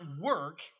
work